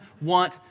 want